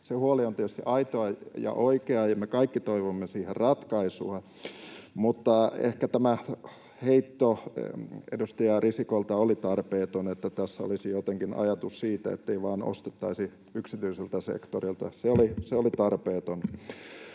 se huoli on tietysti aitoa ja oikeaa ja me kaikki toivomme siihen ratkaisua, mutta ehkä tämä heitto edustaja Risikolta oli tarpeeton, että tässä olisi jotenkin ajatus siitä, ettei vain ostettaisi yksityiseltä sektorilta. Se oli tarpeeton.